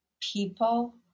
people